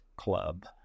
club